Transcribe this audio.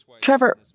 Trevor